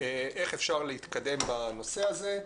איך אפשר להתקדם בנושא הזה.